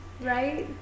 right